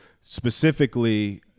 specifically